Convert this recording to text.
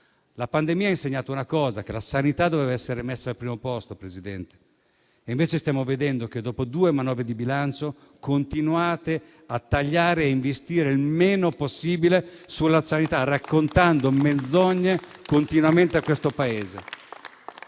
La pandemia ha insegnato una cosa, cioè che la sanità doveva essere messa al primo posto, Presidente. E invece stiamo vedendo che, dopo due manovre di bilancio, continuate a tagliare e a investire il meno possibile sulla sanità, raccontando continuamente menzogne a questo Paese.